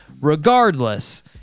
Regardless